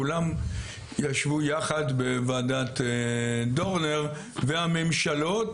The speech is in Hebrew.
כולם ישבו יחד בוועדת דורנר והממשלות